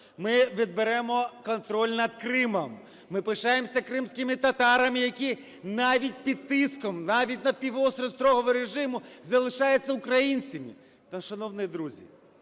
Ми відберемо контроль над Кримом. Ми пишаємося кримськими татарами, які навіть під тиском, навіть на півострові строгого режиму залишаються українцями.